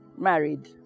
married